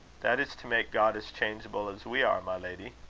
that is to make god as changeable as we are, my lady.